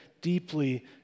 deeply